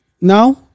now